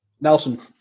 Nelson